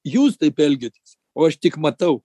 jūs taip elgiatės o aš tik matau